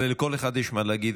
הרי לכל אחד יש מה להגיד,